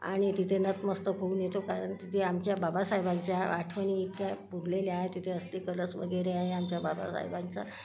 आणि तिथे नतमस्तक होऊन येतो कारण तिथे आमच्या बाबासाहेबांच्या आठवणी त्या पुरलेल्या आहेत तिथे अस्थिकलश वगैरे आहे आमच्या बाबासाहेबांचा